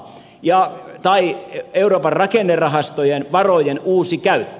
ja euroopan rakennerahastojen varojen uusi käyttö